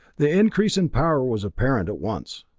the increase in power was apparent at once.